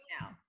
now